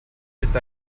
ist